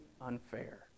unfair